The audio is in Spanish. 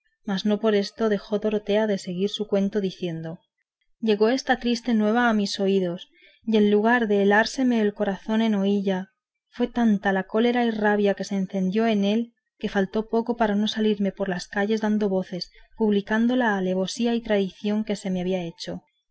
mas no por esto dejó dorotea de seguir su cuento diciendo llegó esta triste nueva a mis oídos y en lugar de helárseme el corazón en oílla fue tanta la cólera y rabia que se encendió en él que faltó poco para no salirme por las calles dando voces publicando la alevosía y traición que se me había hecho